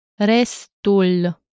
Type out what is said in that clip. Restul